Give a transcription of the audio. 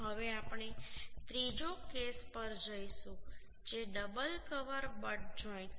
હવે આપણે ત્રીજા કેસ પર જઈશું જે ડબલ કવર બટ જોઈન્ટ છે